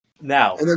Now